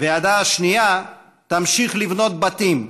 וידה השנייה תמשיך לבנות בתים,